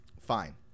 Fine